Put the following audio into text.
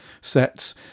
sets